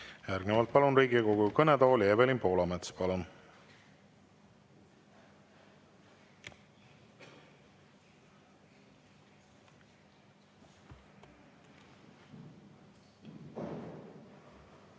Järgnevalt palun Riigikogu kõnetooli Evelin Poolametsa. Palun!